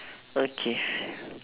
okay